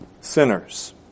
sinners